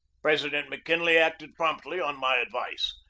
president mckinley acted promptly on my ad vice,